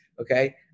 Okay